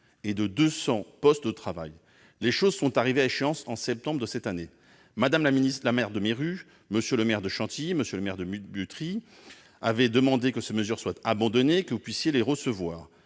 et de 200 postes de travail. Les choses sont arrivées à échéance en septembre de cette année. « Mme la maire de Méru, M. le maire de Chantilly et M. le maire de Butry avaient demandé que ces mesures soient abandonnées et que vous puissiez les recevoir.